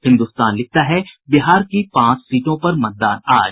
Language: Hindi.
हिन्दुस्तान लिखता है बिहार की पांच सीटों पर मतदान आज